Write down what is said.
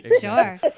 sure